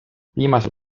viimasel